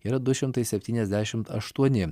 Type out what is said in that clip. yra du šimtai septyniasdešimt aštuoni